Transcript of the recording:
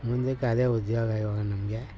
ಮುಂದಕ್ಕದೇ ಉದ್ಯೋಗ ಇವಾಗ ನಮಗೆ